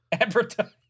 advertise